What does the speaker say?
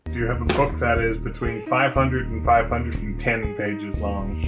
do you have a book that is between five hundred and five hundred and ten pages long?